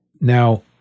Now